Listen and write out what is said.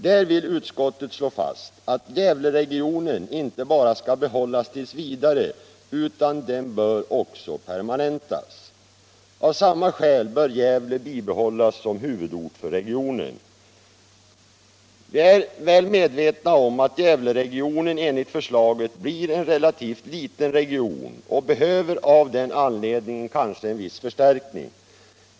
Dir vill utskottet slå fast att Gävleregionen inte bara skall behållas t. v. utan också bör av bl.a. regionalpolitiska skäl permanentas. Av samma skäl bör Gävle bibehållas som huvudort för regionen. Vi är medvetna om att Gävleregionen enligt förstaget blir en relativt liten region och av den anledningen kanske behöver en viss förstärkning.